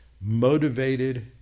motivated